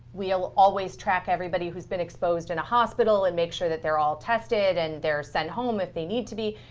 we'll always track everybody who's been exposed in a hospital and make sure that they're all tested and they're sent home if they need to be.